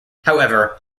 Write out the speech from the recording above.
however